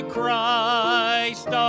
Christ